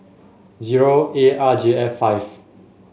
zero A R J F five